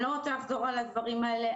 אני לא רוצה לחזור על הדברים האלה,